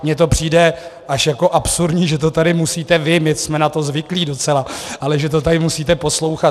Mně to přijde až jako absurdní, že to tady vy my jsme na to zvyklí docela ale že to tady musíte poslouchat.